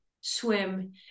swim